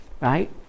right